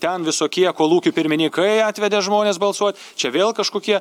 ten visokie kolūkių pirmininkai atvedė žmones balsuot čia vėl kažkokie